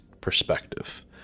perspective